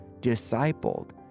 discipled